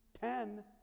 Ten